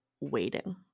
waiting